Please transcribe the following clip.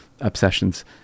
obsessions